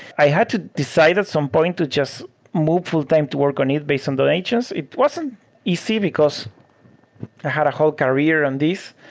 i had to decide at some point to just move fulltime to work on it based on donations. it wasn't easy because i had a whole career on this.